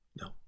No